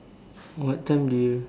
what time do you